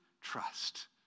trust